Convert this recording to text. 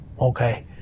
okay